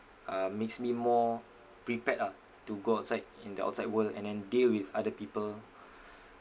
uh makes me more prepared ah to go outside in the outside world and then deal with other people